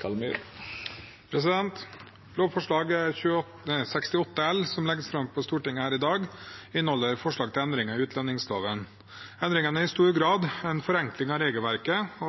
til. Lovforslag 68 L, som legges fram for Stortinget her i dag, inneholder forslag til endringer i utlendingsloven. Endringene er i stor grad en forenkling av regelverket,